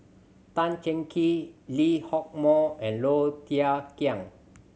Tan Cheng Kee Lee Hock Moh and Low Thia Khiang